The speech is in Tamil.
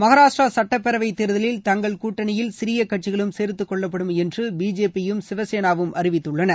மகாராஷ்டிர சட்டப்பேரவைத் தேர்தலில் தங்கள் கூட்டணியில் சிறிய கட்சிகளும் சேர்த்துக்கொள்ளப்படும் என்று பிஜேபியும் சிவசேனாவும் அறிவித்துள்ளன